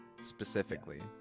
Specifically